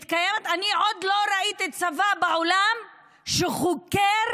אני עוד לא ראיתי צבא בעולם שחוקר